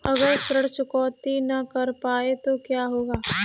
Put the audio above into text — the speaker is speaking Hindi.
अगर ऋण चुकौती न कर पाए तो क्या होगा?